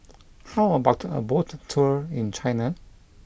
how about a boat tour in China